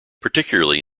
particularly